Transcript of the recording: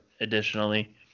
additionally